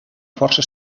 força